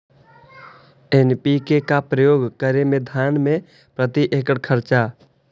NPK का प्रयोग करे मे धान मे प्रती एकड़ खर्चा?